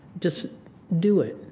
just do it.